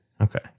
Okay